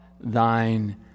thine